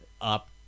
up